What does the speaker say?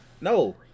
No